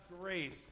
grace